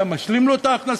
אתה משלים לו את ההכנסה.